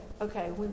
Okay